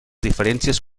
diferències